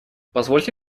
позвольте